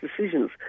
decisions